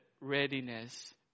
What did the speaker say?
readiness